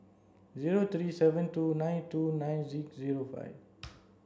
zero three seven two nine two nine six zero five